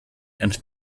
and